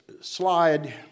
slide